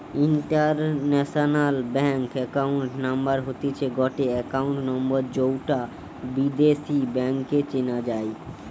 international bank account number হতিছে গটে account number যৌটা বিদেশী ব্যাংকে চেনা যাই